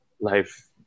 life